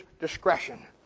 discretion